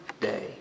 day